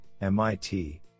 MIT